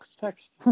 text